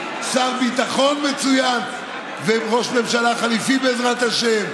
עם שר העבודה והרווחה החדש איציק שמולי כדי לדבר על הסוגיות האמיתיות,